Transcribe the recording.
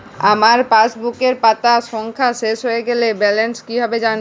আমার পাসবুকের পাতা সংখ্যা শেষ হয়ে গেলে ব্যালেন্স কীভাবে জানব?